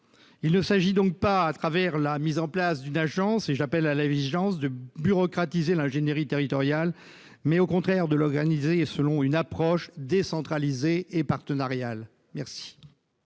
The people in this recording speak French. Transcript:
Il ne s'agit donc pas, à travers la mise en place d'une agence- et j'appelle à la vigilance sur ce point -de bureaucratiser l'ingénierie territoriale, mais, bien au contraire, de l'organiser selon une approche décentralisée et partenariale. La